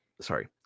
Sorry